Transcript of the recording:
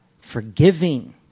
forgiving